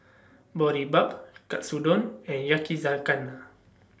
Boribap Katsudon and Yakizakana